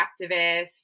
activist